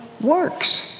works